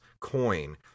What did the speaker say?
coin